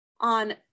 on